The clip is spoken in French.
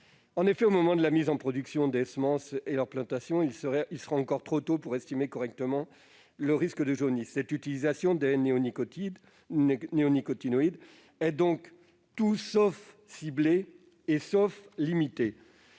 En effet, au moment de la mise en production des semences et de leur plantation, il sera encore trop tôt pour estimer correctement le risque de jaunisse. Cette utilisation des néonicotinoïdes est donc tout sauf ciblée et limitée